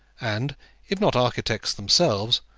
and if not architects themselves,